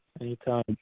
Anytime